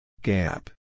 Gap